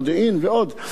מודיעין ועוד,